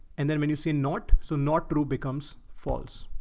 and then when you say not so not true, becomes false.